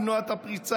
למנוע את הפריצה,